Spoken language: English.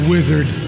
Wizard